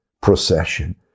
procession